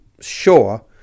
sure